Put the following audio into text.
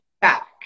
back